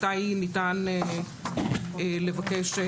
מתי ניתן לבקש צימוד.